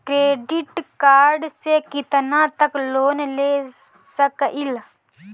Credit card से कितना तक लोन ले सकईल?